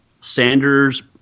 sanders